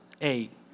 eight